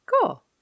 Cool